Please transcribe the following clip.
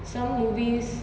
some movies